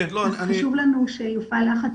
וחשוב לנו שיופעל לחץ